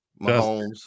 Mahomes